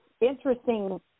interesting